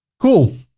cool.